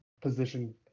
position